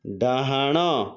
ଡାହାଣ